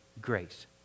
grace